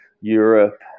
europe